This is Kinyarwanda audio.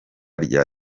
rya